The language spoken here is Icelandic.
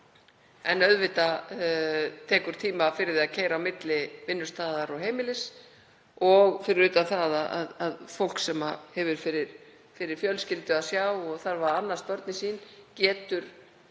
En auðvitað tekur tíma að keyra á milli vinnustaðar og heimilis, fyrir utan það að fólk sem hefur fyrir fjölskyldu að sjá og þarf að annast börnin sín getur